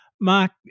Mark